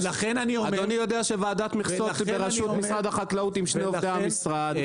אדוני יודע שוועדת מכסות היא בראשות משרד החקלאות עם שני עובדי המשרד,